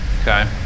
okay